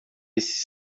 esses